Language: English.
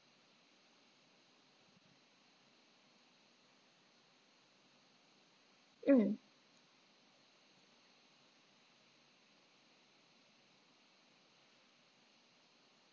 mm